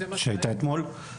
שהייתה אתמול?